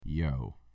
yo